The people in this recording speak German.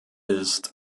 ist